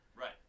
Right